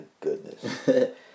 goodness